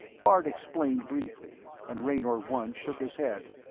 bart explained briefly, and raynor one shook his head.